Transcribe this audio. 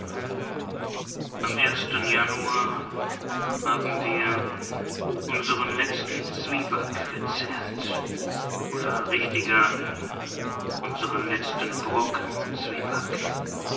am januar haben wir unseren letzten zwieback verzehrt oder richtiger unseren letzten brocken zwieback